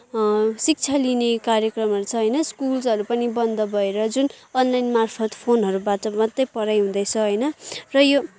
शिक्षा लिने कार्यक्रमहरू छ होइन स्कुल्सहरू पनि बन्द भएर जुन अनलाइन मार्फत् फोनहरूबाट मात्रै पढाइ हुँदैछ होइन र यो